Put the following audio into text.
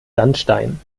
sandstein